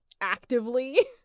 actively